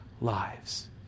lives